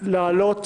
להעלות